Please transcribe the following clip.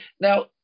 now